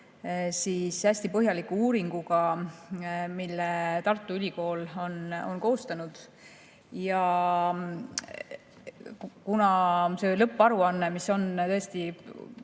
hästi põhjaliku uuringuga, mille Tartu Ülikool on koostanud. Kuna lõpparuanne, mis on tõesti